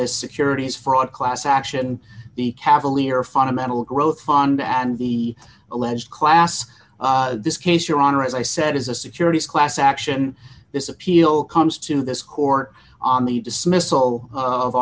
this securities fraud class action the cavalier fundamental growth fund and the alleged class this case your honor as i said is a securities class action this appeal comes to this court on the dismissal of